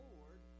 Lord